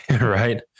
Right